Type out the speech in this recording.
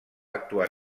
actuar